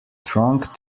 trunk